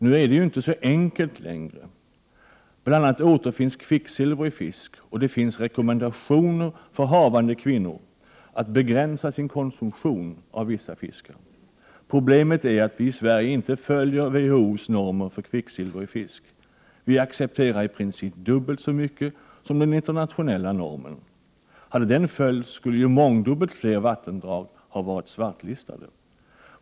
Nu är det inte så enkelt längre. Bl.a. återfinns kvicksilver i fisk, och det finns rekommendationer för havande kvinnor att begränsa sin konsumtion av vissa fiskar. Problemet är att vi i Sverige inte följer WHO:s normer för kvicksilver i fisk. Vi accepterar i princip dubbelt så mycket som den internationella normen. Hade den följts skulle mångdubbelt fler vattendrag vara svartlistade.